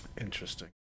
Interesting